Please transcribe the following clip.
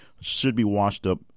should-be-washed-up